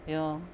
you know